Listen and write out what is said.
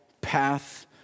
path